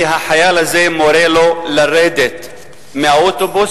והחייל הזה מורה לו לרדת מהאוטובוס,